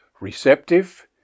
receptive